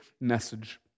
message